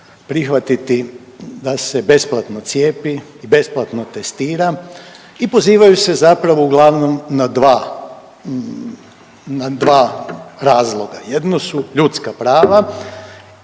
prihvatiti da se besplatno cijepi i besplatno testira i pozivaju se zapravo uglavnom na dva razloga, jedno su ljudska prava,